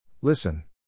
Listen